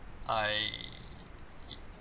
I